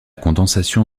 condensation